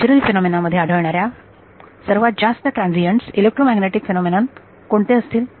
natural phenomenon मध्ये आढळणाऱ्या सर्वात जास्त ट्रान्सियंटस इलेक्ट्रोमॅग्नेटिक फेनोमनोन कोणते असतील